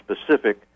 specific